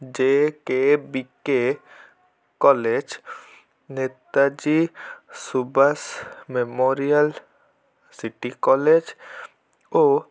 ଜେ K B K college Netaji ସୁବାଷ memorial city college ଓ